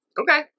Okay